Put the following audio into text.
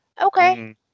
Okay